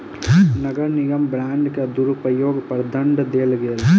नगर निगम बांड के दुरूपयोग पर दंड देल गेल